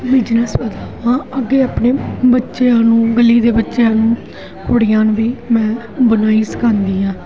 business ਵਧਾਵਾਂ ਅੱਗੇ ਆਪਣੇ ਬੱਚਿਆਂ ਨੂੰ ਗਲੀ ਦੇ ਬੱਚਿਆਂ ਨੂੰ ਕੁੜੀਆਂ ਨੂੰ ਵੀ ਮੈਂ ਬੁਣਾਈ ਸਿਖਾਉਂਦੀ ਹਾਂ